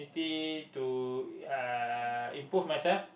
to uh improve myself